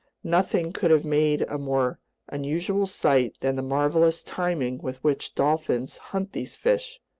nothing could have made a more unusual sight than the marvelous timing with which dolphins hunt these fish.